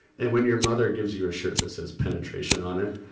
and when your mother gives you a shirt that says penetration on it.